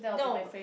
no